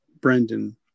Brendan